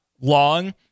long